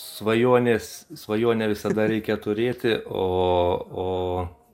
svajonės svajonę visada reikia turėti o o